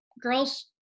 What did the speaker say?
girls